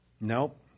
nope